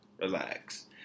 Relax